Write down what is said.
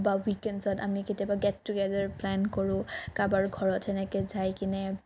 বা ৱিকেণ্ডছত আমি কেতিয়াবা গেট টুগেডাৰ প্লেন কৰোঁ কাৰোবাৰ ঘৰত সেনেকৈ যাই কিনে